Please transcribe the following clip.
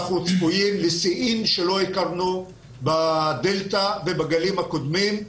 אנחנו צפויים לשיאים שלא הכרנו ב-דלתא ובגלים הקודמים,